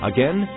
Again